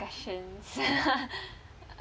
discussions